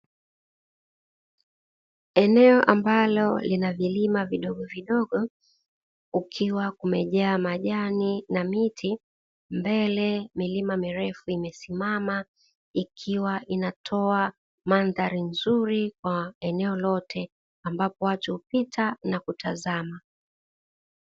Eneo ambalo lina vilima vidogovidogo ukiwa umejaa majani na miti, mbele milima mirefu imesimama ikiwa inatoa mandhari nzuri kwa eneo lote ambapo watu hupita na kutazama.